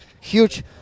huge